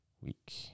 Week